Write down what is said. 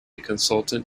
consultant